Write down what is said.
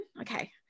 Okay